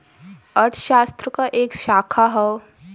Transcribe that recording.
अर्थशास्त्र क एक शाखा हौ